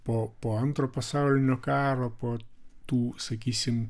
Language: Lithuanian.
po po antro pasaulinio karo po tų sakysim